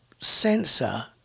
sensor